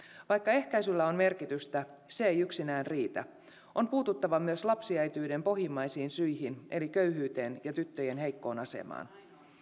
vaikka ehkäisyllä on merkitystä se ei yksinään riitä on puututtava myös lapsiäitiyden pohjimmaisiin syihin eli köyhyyteen ja tyttöjen heikkoon asemaan